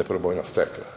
neprebojna stekla